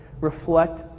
reflect